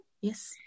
Yes